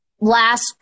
last